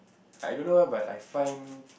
I don't know why but I find